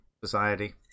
society